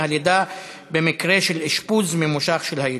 הלידה במקרה של אשפוז ממושך של היילוד.